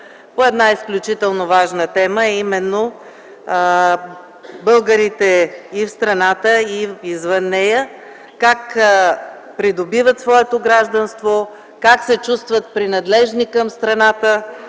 по една изключително важна тема, а именно българите и в страната, и извън нея, как придобиват своето гражданство, как се чувстват принадлежни към страната